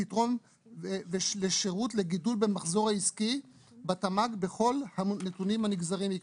תתרום לשירות ולגידול במחזור העסקי בתמ"ג בכל הנתונים הנגזרים מכך.